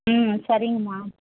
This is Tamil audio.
ம் சரிங்கம்மா